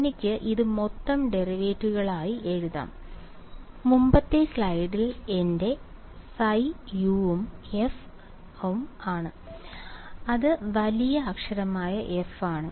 എനിക്ക് ഇത് മൊത്തം ഡെറിവേറ്റീവുകളായി എഴുതാം മുമ്പത്തെ സ്ലൈഡിൽ നിന്ന് എന്റെ ϕ u ഉം f ഉം ആണ് അത് വലിയ അക്ഷരമായ F ആണ്